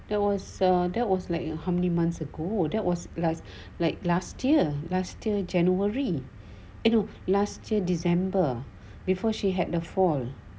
that was so that was like how many months ago that was like like last year last year january it'll last year december before she had the fall